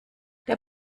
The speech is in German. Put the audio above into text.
der